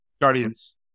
Guardians